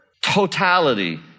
totality